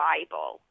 Bible